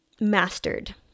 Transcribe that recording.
mastered